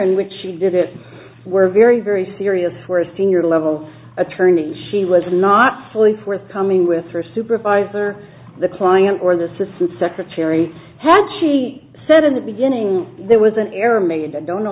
in which she did it were very very serious where a senior level attorney she was not fully forthcoming with her supervisor the client or the system secretary had she said in the beginning there was an error made i don't know